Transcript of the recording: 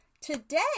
today